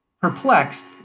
perplexed